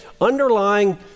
underlying